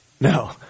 No